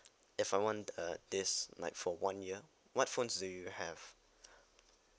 if I want uh this like for one year what phones do you have